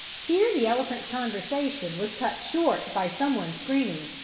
here the elephant's conversation was cut short by someone screaming,